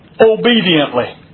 obediently